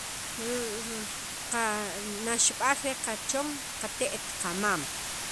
rr ri qa naxab'al re qachon qatet kamam.